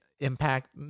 impact